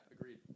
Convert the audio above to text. agreed